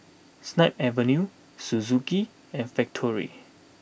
Snip Avenue Suzuki and Factorie